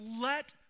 let